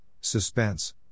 Suspense